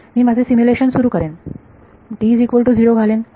मी माझे सिम्युलेशन सुरू करेन मी घालेन